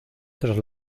tras